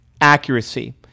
accuracy